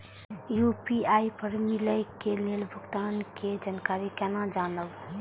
UPI पर मिलल भुगतान के जानकारी केना जानब?